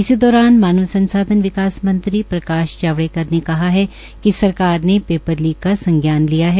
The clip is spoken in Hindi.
इसी दौरान मानव संसाधन विकास मंत्री प्रकाश जावड़ेकर ने कहा कि सरकार ने पेपर लीक का संज्ञान लिया है